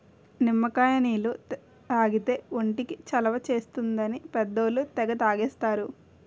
నిమ్మకాయ నీళ్లు తాగితే ఒంటికి చలవ చేస్తుందని పెద్దోళ్ళు తెగ తాగేస్తారు